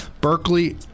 Berkeley